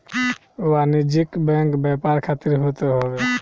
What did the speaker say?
वाणिज्यिक बैंक व्यापार खातिर होत हवे